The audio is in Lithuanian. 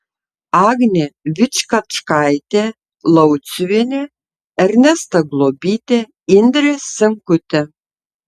agnė vičkačkaitė lauciuvienė ernesta globytė indrė senkutė